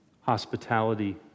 hospitality